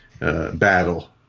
Battle